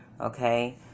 okay